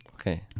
Okay